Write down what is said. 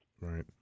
Right